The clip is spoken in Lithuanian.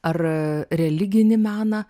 ar religinį meną